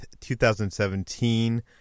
2017